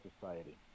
society